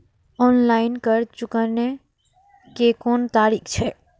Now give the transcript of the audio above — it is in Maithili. ऑनलाईन कर्ज चुकाने के कोन तरीका छै?